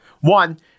One